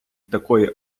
такої